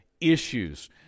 issues